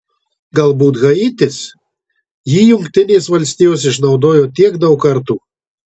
galbūt haitis jį jungtinės valstijos išnaudojo tiek daug kartų